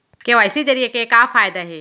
KYC जरिए के का फायदा हे?